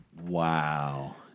wow